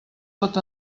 pot